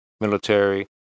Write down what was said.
military